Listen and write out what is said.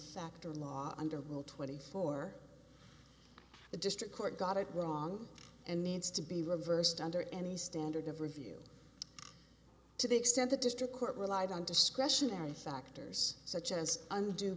fact or law under rule twenty four the district court got it wrong and needs to be reversed under any standard of review to the extent the district court relied on discretionary factors such as und